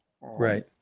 Right